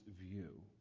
view